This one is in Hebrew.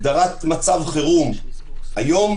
הגדרת מצב חירום היום,